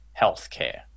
healthcare